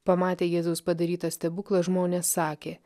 pamatę jėzaus padarytą stebuklą žmonės sakė